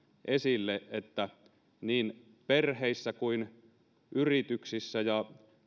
esille että niin perheissä kuin yrityksissä ja